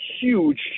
huge